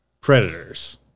predators